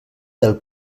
del